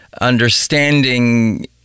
understanding